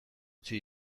utzi